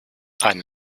eine